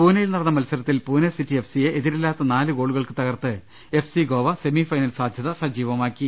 പൂനയിൽ നടന്ന മത്സരത്തിൽ പൂനെ സിറ്റി എഫ്സിയെ എതിരില്ലാത്ത നാല് ഗോളുകൾക്ക് തകർത്ത് എഫ്സി ഗോവ സെമി ഫൈനൽ സാധ്യത സജീവമാക്കി